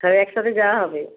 তাহলে একসাথে যাওয়া হবে